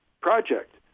project